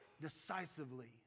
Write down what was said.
decisively